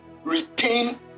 Retain